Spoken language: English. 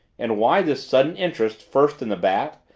and why this sudden interest, first in the bat,